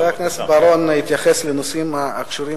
חבר הכנסת בר-און התייחס לנושאים הקשורים